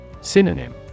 Synonym